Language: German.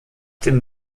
dem